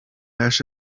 ash